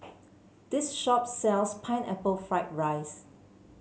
this shop sells Pineapple Fried Rice